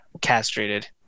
castrated